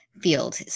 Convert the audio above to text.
field